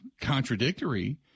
contradictory